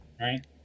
right